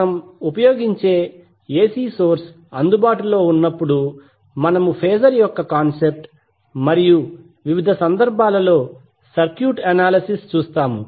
మనం ఉపయోగించే AC source అందుబాటులో ఉన్నప్పుడు మనము ఫేజర్ యొక్క కాన్సెప్ట్ మరియు వివిధ సందర్భాలలో సర్క్యూట్ అనాలిసిస్ చూస్తాము